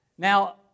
Now